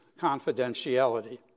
confidentiality